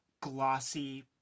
glossy